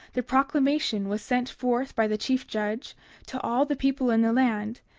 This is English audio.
the proclamation was sent forth by the chief judge to all the people in the land,